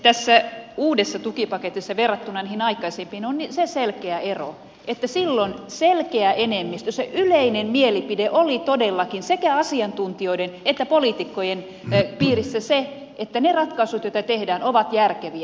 tässä uudessa tukipaketissa verrattuna niihin aikaisempiin on se selkeä ero että silloin selkeän enemmistön yleinen mielipide oli todellakin sekä asiantuntijoiden että poliitikkojen piirissä se että ne ratkaisut joita tehdään ovat järkeviä